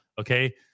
okay